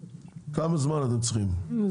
כמה זמן אתם צריכים בשביל זה?